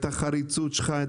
את החריצות שלך,